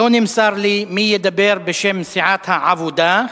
לא נמסר לי מי ידבר בשם סיעת העבודה.